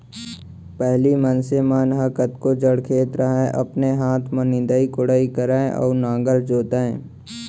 पहिली मनसे मन ह कतको जड़ खेत रहय अपने हाथ में निंदई कोड़ई करय अउ नांगर जोतय